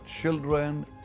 children